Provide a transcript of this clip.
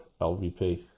LVP